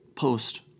Post